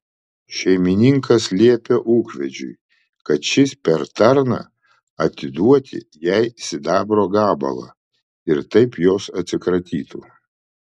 šeimininkas liepia ūkvedžiui kad šis per tarną atiduoti jai sidabro gabalą ir taip jos atsikratytų